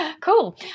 Cool